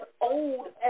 old